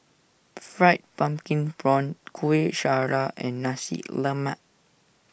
Fried Pumpkin Prawns Kuih Syara and Nasi Lemak